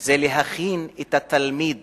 היא להכין את התלמיד